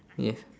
ya